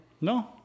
No